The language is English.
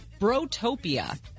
Brotopia